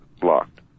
blocked